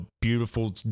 beautiful